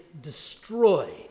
destroyed